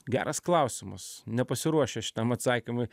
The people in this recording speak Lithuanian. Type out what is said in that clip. geras klausimas nepasiruošęs šitam atsakymui